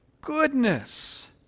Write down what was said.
Goodness